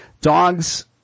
Dogs